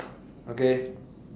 okay